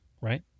right